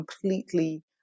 completely